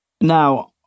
Now